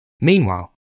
Meanwhile